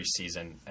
preseason